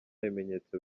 bimenyetso